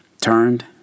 turned